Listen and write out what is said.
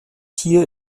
hier